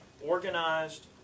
organized